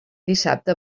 dissabte